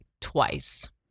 twice